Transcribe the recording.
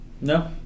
No